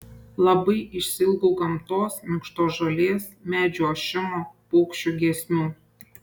labai išsiilgau gamtos minkštos žolės medžių ošimo paukščių giesmių